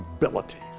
abilities